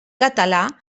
català